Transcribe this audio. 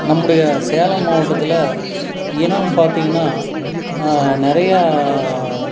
நம்முடைய சேலம் மாவட்டத்தில் இனம் பார்த்தீங்கன்னா நிறையா